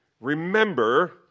remember